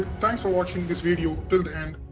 thanks for watching this video till the end